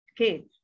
Okay